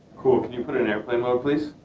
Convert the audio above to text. cool. can you put it in airplane mode, please?